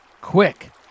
Quick